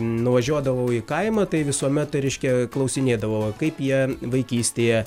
nuvažiuodavau į kaimą tai visuomet reiškia klausinėdavau o kaip jie vaikystėje